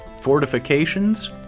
Fortifications